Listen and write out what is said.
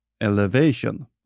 elevation